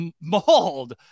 mauled